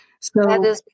So-